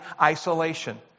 Isolation